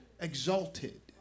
exalted